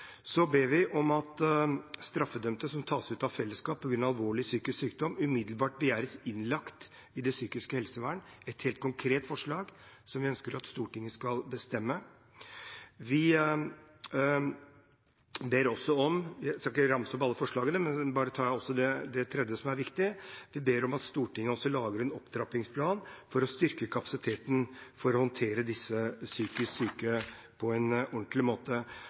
Så ber vi om at straffedømte som tas ut av fellesskapet på grunn av alvorlig psykisk sykdom, umiddelbart begjæres innlagt i det psykiske helsevernet – et helt konkret forslag som vi ønsker at Stortinget skal vedta. Jeg skal ikke ramse opp alle forslagene, men jeg vil ta et tredje som er viktig: om å be regjeringen lage en opptrappingsplan for å styrke kapasiteten for å håndtere disse psykisk syke på en ordentlig måte.